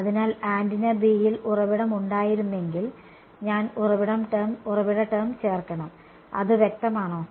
അതിനാൽ antenna B യിൽ ഉറവിടം ഉണ്ടായിരുന്നെങ്കിൽ ഞാൻ ഉറവിട ടേം ചേർക്കണം അത് വ്യക്തമാണോ